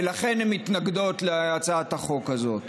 ולכן הן מתנגדות להצעת החוק הזאת.